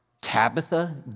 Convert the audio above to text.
Tabitha